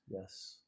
Yes